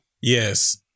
Yes